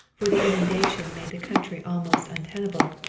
for the inundation made the country almost untenable,